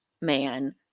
man